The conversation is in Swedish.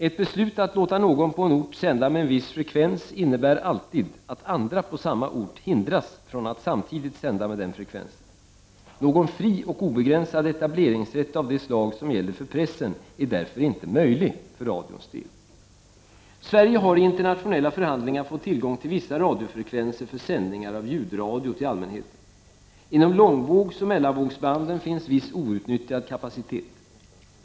Ett beslut att låta någon på en ort sända med en viss frekvens innebär alltid att andra på samma ort hindras från att samtidigt sända med den frekvensen. Någon fri och obegränsad etableringsrätt av det slag som gäller för pressen är därför inte möjlig för radions del. Sverige har i internationella förhandlingar fått tillgång till vissa radiofrekvenser för sändningar av ljudradio till allmänheten. Inom långvågsoch mellanvågsbanden finns viss outnyttjad kapacitet.